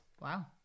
Wow